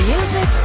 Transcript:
Music